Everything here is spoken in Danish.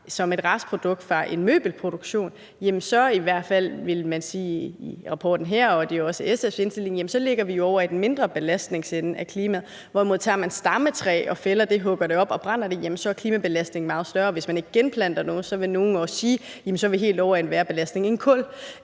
som et restprodukt fra en møbelproduktion, vil i hvert fald rapporten her så sige – og det er jo også SF's indstilling – at så ligger vi jo ovre i den mindre belastende ende i forhold til klimaet, hvorimod at hvis man tager et stammetræ og fælder det og hugger det op, så er klimabelastningen meget større. Og hvis man ikke genplanter nogen, ville nogle også sige, at så er vi helt ovre i en værre belastning end